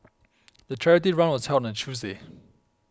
the charity run was held on a Tuesday